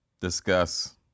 discuss